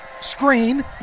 screen